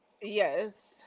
yes